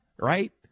right